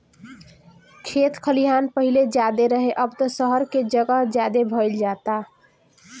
खेत खलिहान पाहिले ज्यादे रहे, अब त सहर के जगह ज्यादे भईल जाता